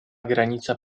granica